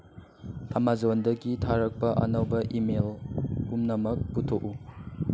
ꯑꯥꯃꯥꯖꯣꯟꯗꯒꯤ ꯊꯥꯔꯛꯄ ꯑꯅꯧꯕ ꯔꯤꯃꯦꯜ ꯄꯨꯝꯅꯃꯛ ꯄꯨꯊꯣꯛꯎ